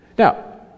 Now